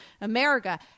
America